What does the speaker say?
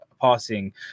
passing